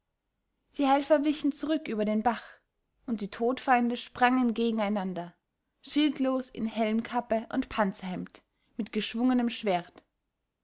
die helfer wichen zurück über den bach und die todfeinde sprangen gegeneinander schildlos in helmkappe und panzerhemd mit geschwungenem schwert